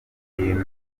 hino